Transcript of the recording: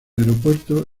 aeropuerto